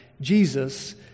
Jesus